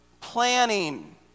planning